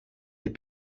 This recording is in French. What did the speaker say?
les